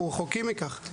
אבל אנחנו רחוקים מכך,